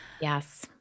Yes